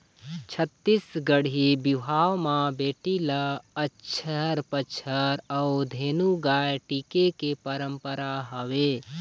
छत्तीसगढ़ी बिहाव म बेटी ल अचहर पचहर अउ धेनु गाय टिके के पंरपरा हवय